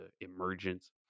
emergence